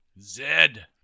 Zed